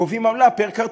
גובים עמלה פר-כרטיס.